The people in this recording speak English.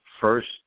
first